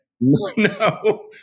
No